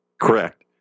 Correct